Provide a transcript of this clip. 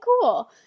cool